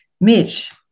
Mitch